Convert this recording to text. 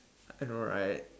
I know right